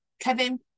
Kevin